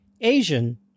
Asian